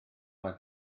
mae